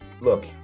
look